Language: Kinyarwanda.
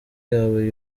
yawe